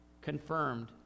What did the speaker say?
confirmed